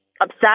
upset